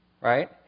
right